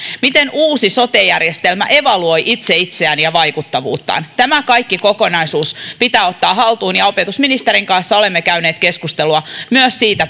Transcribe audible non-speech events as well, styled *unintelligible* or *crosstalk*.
miten uusi sote järjestelmä evaluoi itse itseään ja vaikuttavuuttaan tämä koko kokonaisuus pitää ottaa haltuun ja opetusministerin kanssa olemme käyneet keskustelua myös siitä *unintelligible*